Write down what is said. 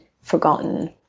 forgotten